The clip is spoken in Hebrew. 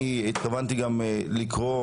אני התכוונתי גם לקרוא